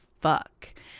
fuck